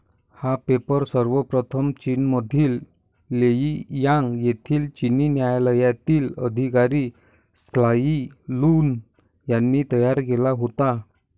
हा पेपर सर्वप्रथम चीनमधील लेई यांग येथील चिनी न्यायालयातील अधिकारी त्साई लुन यांनी तयार केला होता